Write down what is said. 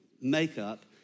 makeup